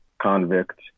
convict